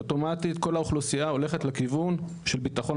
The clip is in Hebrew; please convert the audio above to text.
אוטומטית כל האוכלוסייה הולכת לכיוון של ביטחון,